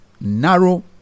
narrow